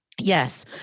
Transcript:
Yes